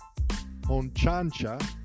Onchancha